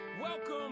Welcome